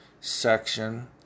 section